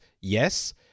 yes